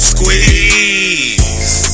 Squeeze